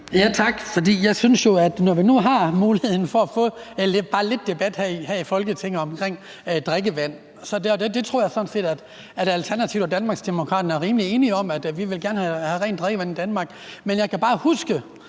Jeg vil høre noget, når vi nu har muligheden for at få bare lidt debat her i Folketinget om drikkevand. Jeg tror sådan set, at Alternativet og Danmarksdemokraterne er rimelig enige om, at vi gerne vil have rent drikkevand i Danmark. Men jeg kan bare huske,